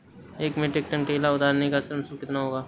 एक metric ton केला उतारने का श्रम शुल्क कितना होगा?